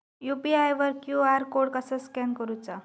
UPI वर QR code कसा scan करूचा?